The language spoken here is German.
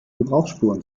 gebrauchsspuren